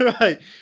Right